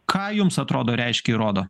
ką jums atrodo reiškia ir rodo